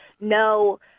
no